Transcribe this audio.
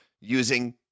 using